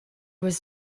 was